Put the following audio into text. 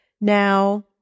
Now